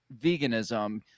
veganism